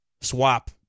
swap